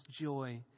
joy